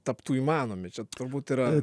taptų įmanomi čia turbūt yra